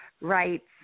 rights